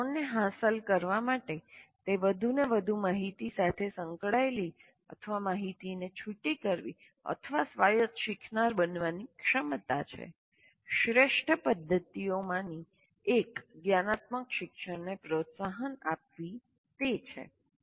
આ ત્રણને હાંસલ કરવા માટે તે વધુને વધુ માહિતી સાથે સંકળાયેલી અથવા માહિતીને છૂટી કરવા અથવા સ્વાયત્ત શીખનાર બનવાની ક્ષમતા છે શ્રેષ્ઠ પદ્ધતિઓમાંની એક જ્ઞાનાત્મક શિક્ષણને પ્રોત્સાહન આપવી તે છે